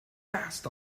fast